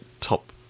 top